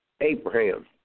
Abraham